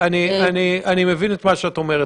אני מבין את מה שאת אומרת.